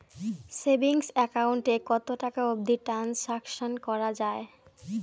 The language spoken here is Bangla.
সেভিঙ্গস একাউন্ট এ কতো টাকা অবধি ট্রানসাকশান করা য়ায়?